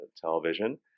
television